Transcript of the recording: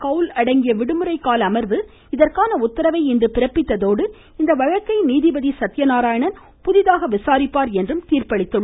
கவுல் அடங்கிய விடுமுறைக்கால அமர்வு இதற்கான உத்தரவை இன்று பிறப்பித்ததோடு இந்த வழக்கை நீதிபதி சத்தியநாராயணன் புதிததாக விசாரிப்பார் என்று தீர்ப்பளித்துள்ளது